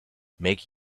make